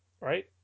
right